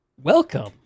Welcome